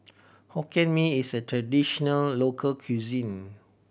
Hokkien Mee is a traditional local cuisine